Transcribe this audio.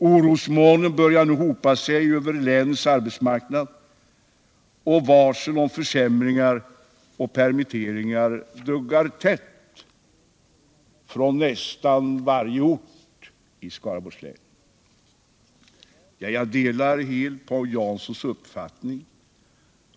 Orosmolnen börjar nu hopa sig över länets arbetsmarknad, och varsel om försämringar och permitteringar duggar tätt från nästan varje ort i Skaraborgs län.” Jag delar helt Paul Janssons uppfattning.